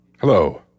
Hello